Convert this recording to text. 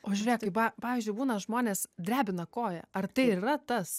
o žiūrėk tai pa pavyzdžiui būna žmonės drebina koją ar tai ir yra tas